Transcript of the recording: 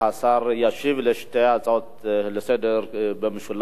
השר ישיב על שתי ההצעות לסדר-היום במשולב,